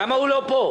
למה הוא לא פה?